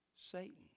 Satan